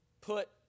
put